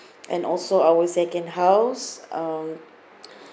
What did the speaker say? and also our second house um